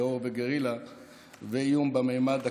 טרור וגרילה ואיום בממד הקיברנטי.